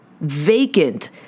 vacant